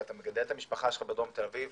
ואתה מגדל את המשפחה שלך בדרום תל אביב,